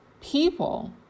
people